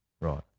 Right